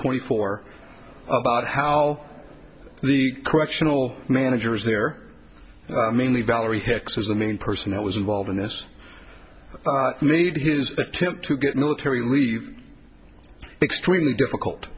twenty four about how the correctional manager is there mainly valerie hicks was the main person that was involved in this made his attempt to get military leave extremely difficult